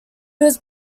was